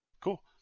Cool